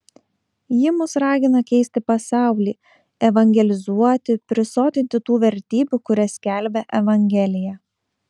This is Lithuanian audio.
ji mus ragina keisti pasaulį evangelizuoti prisotinti tų vertybių kurias skelbia evangelija